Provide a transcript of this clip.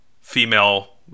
female